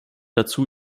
dazu